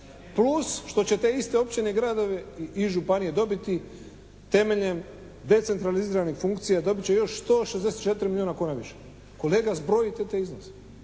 plus što će te iste općine i gradovi i županije dobiti temeljem decentraliziranih funkcija dobit će još 164 milijuna kuna više. Kolega zbrojite te iznose.